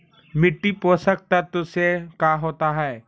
मिट्टी पोषक तत्त्व से का होता है?